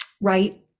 Right